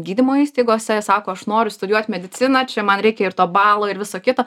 gydymo įstaigose sako aš noriu studijuot mediciną čia man reikia ir to balo ir viso kito